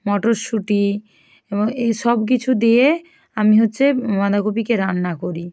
মটরশুটি এবং এই সব কিছু দিয়ে আমি হচ্ছে বাঁদাকপিকে রান্না করি